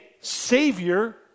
savior